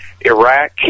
Iraq